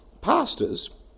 Pastors